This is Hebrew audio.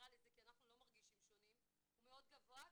אנחנו לא מרגישים שונים הוא מאוד גבוה,